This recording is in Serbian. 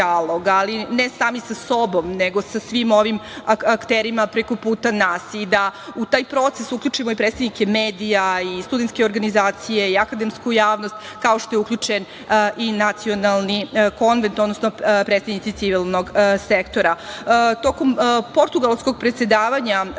ali, ne sami sa sobom nego sa svim ovim akterima preko puta nas i da u taj proces uključimo i predstavnike medija i studentske organizacije i akademsku javnost, kao što je uključen i Nacionalni konvent, odnosno predstavnici civilnog sektora. Tokom portugalskog predsedavanja